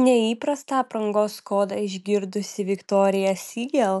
neįprastą aprangos kodą išgirdusi viktorija siegel